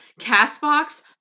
CastBox